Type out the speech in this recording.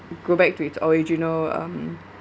go back to its original um